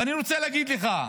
ואני רוצה להגיד לך,